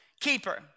keeper